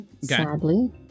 Sadly